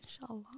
inshallah